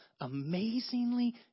amazingly